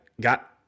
got